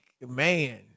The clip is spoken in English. man